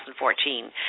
2014